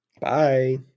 Bye